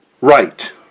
Right